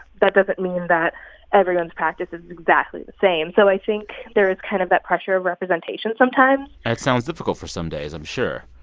that doesn't mean that everyone's practice is exactly the same. so i think there is kind of that pressure of representation sometimes that sounds difficult for some days, i'm sure